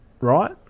right